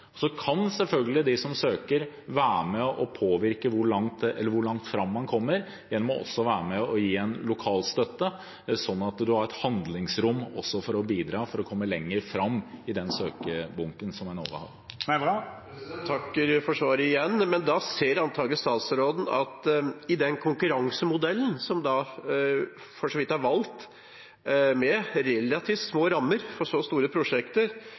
Så kan selvfølgelig de som søker, være med og påvirke hvor langt fram man kommer, gjennom å være med og gi en lokal støtte, sånn at man også har et handlingsrom for å bidra, for å komme lenger fram i den søknadsbunken som Enova har. Takk igjen for svaret. Da ser antakelig statsråden at den konkurransemodellen som er valgt, med relativt små rammer for så store prosjekter,